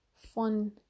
fun